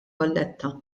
valletta